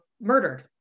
murdered